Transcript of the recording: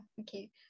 okay